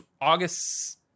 August